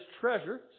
treasure